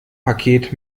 paket